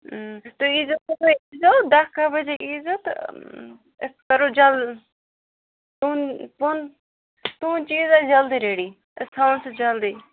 ٲں تُہے ییٖزیٚو صبحاے ییٖزیفو دَہ کہہ بجے ییٖزیٚو تہٕ أسۍ کَرو جلد تُہنٛد تُہنٛد تُہنٛد چیٖز آسہِ جلدی ریٚڈی أسۍ تھاوو سُہ جلدی